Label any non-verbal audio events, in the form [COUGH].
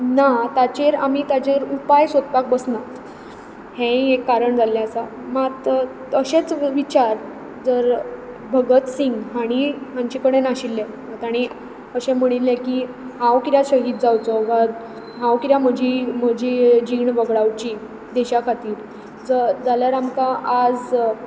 ना ताचेर आमी ताचेर उपाय सोदपाक बसनात हेंय एक कारण जाल्लें आसा मात अशेच विचार जर भगत सिंह हांणीं हांचे कडेन आशिल्ले वा तांणीं म्हणिल्लें की हांव कित्याक शहीद जावंचो वा हांव कित्याक म्हजी म्हजी जीण वगडावची देशा खातीर [UNINTELLIGIBLE] जाल्यार आमकां आज